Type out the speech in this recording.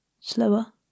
Slower